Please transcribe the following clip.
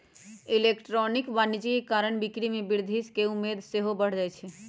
electronic वाणिज्य कारण बिक्री में वृद्धि केँ उम्मेद सेहो बढ़ जाइ छइ